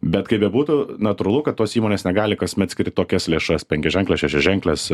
bet kaip bebūtų natūralu kad tos įmonės negali kasmet skirt tokias lėšas penkiaženkles šešiaženkles